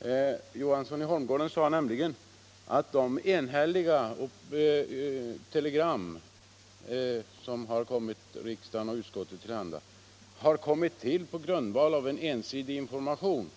Herr Johansson i Holmgården sade nämligen att de enhälliga telegram som har kommit utskottet till handa har kommit till på grundval av ensidig information.